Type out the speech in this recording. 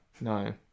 no